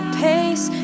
pace